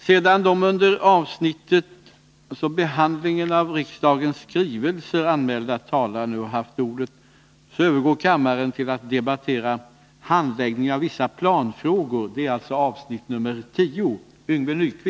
Sedan de under avsnittet Handläggningen av vissa varvsfrågor anmälda talarna nu haft ordet övergår kammaren till att debattera Internationella studentfonden i Geneve.